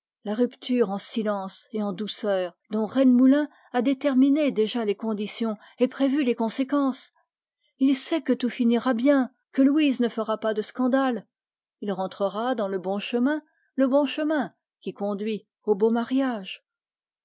la rupture que je sens venir dont rennemoulin a déterminé déjà les conditions et prévu les conséquences il sait que tout finira bien que louise ne fera pas de scandale il rentrera dans le bon chemin le bon chemin qui conduit au beau mariage